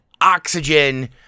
oxygen